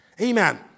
Amen